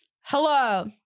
Hello